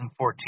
2014